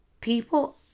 People